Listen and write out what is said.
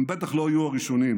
הם בטח לא יהיו הראשונים,